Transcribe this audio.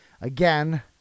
again